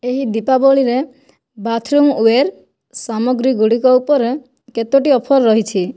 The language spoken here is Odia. ଏହି ଦୀପାବଳିରେ ବାଥରୁମ ୱେର୍ ସାମଗ୍ରୀଗୁଡ଼ିକ ଉପରେ କେତୋଟି ଅଫର୍ ରହିଛି